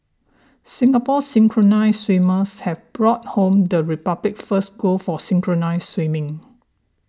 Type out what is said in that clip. Singapore's synchronised swimmers have brought home the Republic's first gold for synchronised swimming